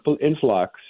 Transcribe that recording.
influx